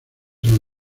san